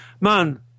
Man